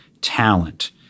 talent